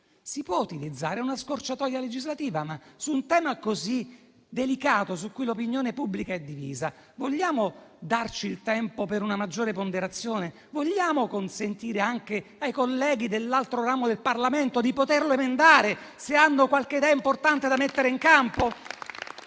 Si può utilizzare, è una scorciatoia legislativa, ma su un tema così delicato, su cui l'opinione pubblica è divisa, vogliamo darci il tempo per una maggiore ponderazione? Vogliamo consentire anche ai colleghi dell'altro ramo del Parlamento di emendare, se hanno qualche idea importante da mettere in campo?